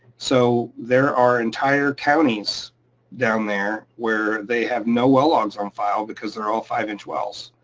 so there are entire counties down there where they have no well logs on file because they're all five inch wells.